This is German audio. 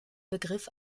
begriff